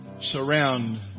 surround